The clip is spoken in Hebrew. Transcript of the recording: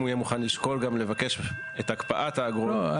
הוא יהיה מוכן לשקול גם לבקש את הקפאת האגרות?